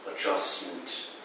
adjustment